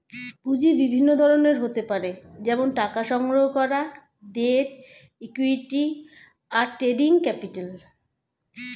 পুঁজি বিভিন্ন ধরনের হতে পারে যেমন টাকা সংগ্রহণ করা, ডেট, ইক্যুইটি, আর ট্রেডিং ক্যাপিটাল